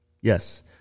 Yes